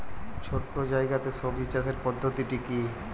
ছোট্ট জায়গাতে সবজি চাষের পদ্ধতিটি কী?